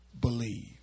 believe